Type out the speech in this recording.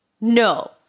No